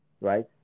right